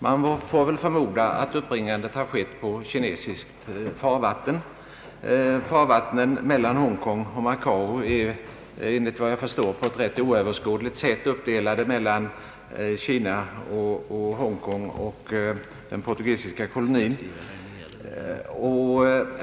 Man får väl förmoda att uppbringandet har skett på kinesiskt farvatten. Farvattnen mellan Hongkong och Macao är enligt vad jag förstår på ett ganska svåröverskådligt sätt uppdelade mellan Kina, Hongkong och den portugisiska kolonin.